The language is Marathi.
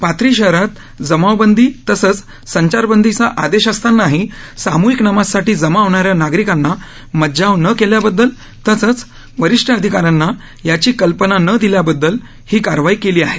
पाथरी शहरात जमावबंदी तसंच संचारबंदीचा आदेश असतानाही सामूहिक नमाजसाठी जमा होणाऱ्या नागरिकांना मज्जाव न केल्याबददल तसंच वरिष्ठ अधिकाऱ्यांना याची कल्पना न दिल्याबददल ही कारवाई केली आहे